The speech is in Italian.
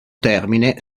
termine